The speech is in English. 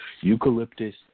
eucalyptus